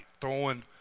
throwing